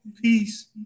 peace